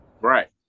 Right